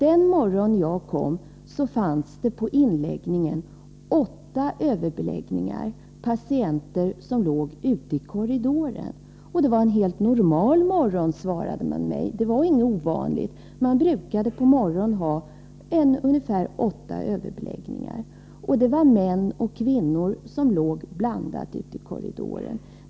Den morgonen hade man där åtta överbeläggningar med patienter som låg ute i korridoren. Det var inget ovanligt, utan en helt normal morgon, sade man. Man brukade alltså ha ungefär åtta överbeläggningar. De som låg ute i korridoren var både män och kvinnor.